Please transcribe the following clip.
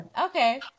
Okay